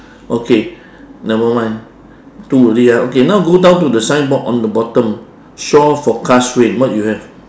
okay never mind two already ah okay now go down to the signboard on the bottom shore forecast rain what you have